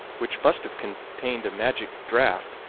which must have contained a magic draught,